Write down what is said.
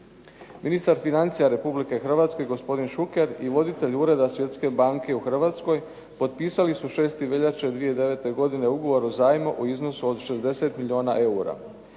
Ministar financija Republike Hrvatske gospodin Šuker i voditelj ureda Svjetske banke u Hrvatskoj potpisali su 6. veljače 2009. ugovor o zajmu u iznosu od 60 milijuna eura.